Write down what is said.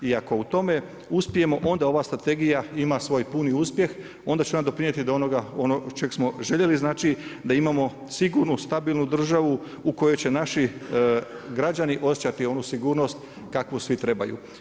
I ako u tome uspijemo, onda ova strategija ima svoj puni uspjeh, onda će ona doprinijeti do onoga čeg smo željeli znači, da imamo sigurnu, stabilnu državu u kojoj će naši građani osjećati onu sigurnost kakvu svi trebaju.